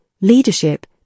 leadership